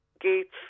gates